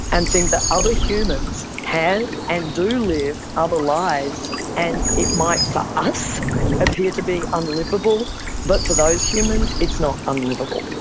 and think that other humans have and do live other lives and it might for us appear to be unliveable but for those humans it's not unliveable.